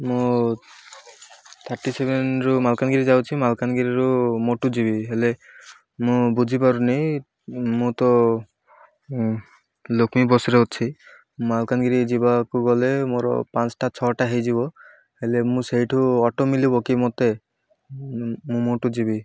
ମୁଁ ଥାର୍ଟି ସେଭେନରୁ ମାଲକାନଗିରି ଯାଉଛି ମାଲକାନଗିରିରୁ ମୋଟୁ ଯିବି ହେଲେ ମୁଁ ବୁଝିପାରୁନି ମୁଁ ତ ଲକ୍ଷ୍ମୀ ବସ୍ରେ ଅଛି ମାଲକାନଗିରି ଯିବାକୁ ଗଲେ ମୋର ପାଞ୍ଚଟା ଛଅଟା ହେଇଯିବ ହେଲେ ମୁଁ ସେଇଠୁ ଅଟୋ ମିଳବ କି ମତେ ମୁଁ ମୋଟୁ ଯିବି